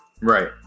right